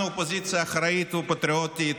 אנחנו אופוזיציה אחראית ופטריוטית,